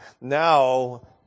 now